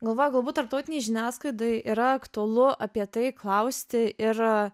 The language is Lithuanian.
galvoju galbūt tarptautinei žiniasklaidai yra aktualu apie tai klausti ir